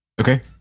Okay